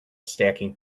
stacking